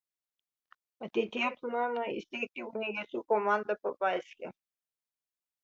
ateityje planuojama įsteigti ugniagesių komandą pabaiske